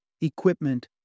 equipment